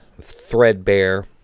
threadbare